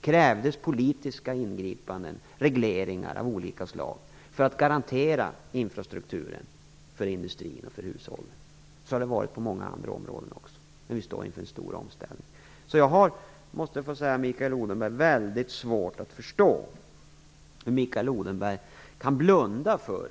Det krävdes politiska ingripanden och regleringar av olika slag för att garantera infrastrukturen för industrin och för hushållen. Så har det varit på många andra områden också när man står inför en stor omställning. Jag måste säga att jag har väldigt svårt att förstå hur Mikael Odenberg kan blunda för